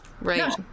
right